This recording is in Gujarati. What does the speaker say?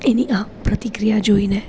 એની આ પ્રતિક્રિયા જોઈને